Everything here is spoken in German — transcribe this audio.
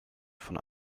von